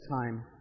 time